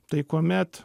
tai kuomet